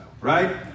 right